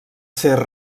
ser